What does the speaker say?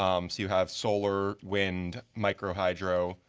um you have solar, wind, micro hydro,